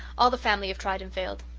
all the family have tried and failed.